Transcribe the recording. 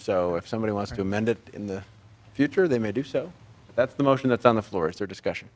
so if somebody wants to amend it in the future they may do so that's the motion that's on the floor is there discussion